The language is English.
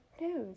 news